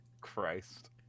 Christ